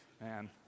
man